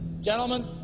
Gentlemen